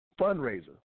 fundraiser